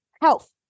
health